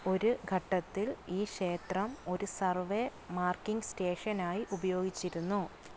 ഒരു ഘട്ടത്തിൽ ഈ ക്ഷേത്രം ഒരു സർവേ മാർക്കിംഗ് സ്റ്റേഷൻ ആയി ഉപയോഗിച്ചിരുന്നു